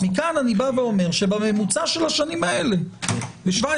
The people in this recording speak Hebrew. מכאן אני בא ואומר שבממוצע של השנים האלה ב-2017,